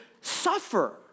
suffer